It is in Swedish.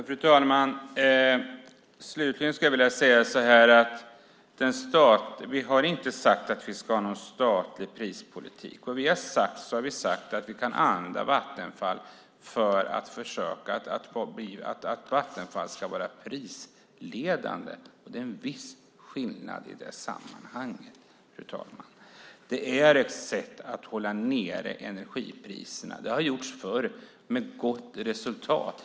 Fru talman! Slutligen skulle jag vilja säga att vi inte har sagt att vi ska ha någon statlig prispolitik. Vi har sagt att vi kan använda Vattenfall för att försöka se till att Vattenfall ska vara prisledande. Det är en viss skillnad i sammanhanget, fru talman. Det är ett sätt att hålla nere energipriserna. Det har gjorts förr med gott resultat.